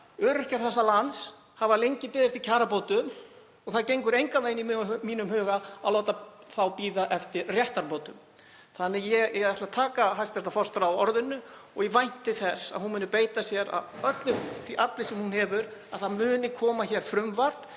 Öryrkjar þessa lands hafa lengi beðið eftir kjarabótum og það gengur engan veginn í mínum huga að láta þá bíða eftir réttarbótum. Ég ætla að taka hæstv. forseta á orðinu og vænti þess að hún muni beita sér af öllu því afli sem hún hefur og það muni koma hér frumvarp,